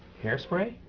hairspray?